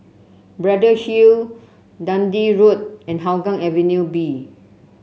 Braddell Hill Dundee Road and Hougang Avenue B